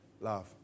love